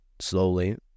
slowly